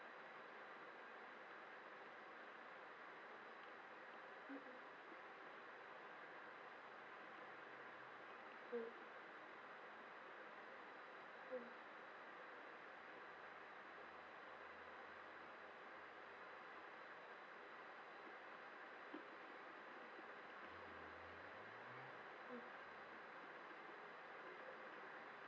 mmhmm mm mm mm